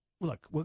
look